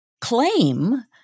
claim